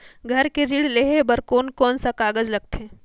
घर ऋण लेहे बार कोन कोन सा कागज लगथे?